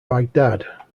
baghdad